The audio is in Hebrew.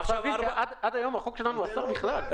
עד היום החוק שלנו אסר בכלל.